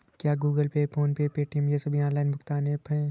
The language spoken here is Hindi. क्या Google Pay PhonePe Paytm ये सभी ऑनलाइन भुगतान ऐप हैं?